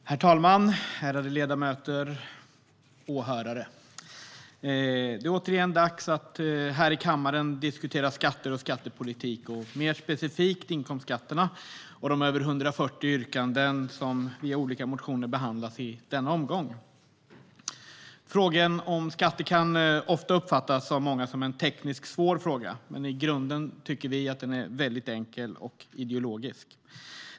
Herr talman, ärade ledamöter, åhörare! Det är återigen dags att här i kammaren diskutera skatter och skattepolitik, mer specifikt inkomstskatterna och de över 140 yrkanden som via olika motioner behandlas i denna omgång.Frågan om skatter uppfattas av många som en tekniskt svår fråga, men i grunden tycker vi att den är väldigt enkel och ideologisk.